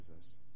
jesus